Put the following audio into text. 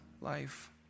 life